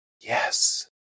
Yes